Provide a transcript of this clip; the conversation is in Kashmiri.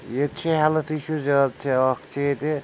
ییٚتہِ چھِ ہیٚلٕتھ اِشوٗ زیادٕ چھِ اَکھ چھِ ییٚتہِ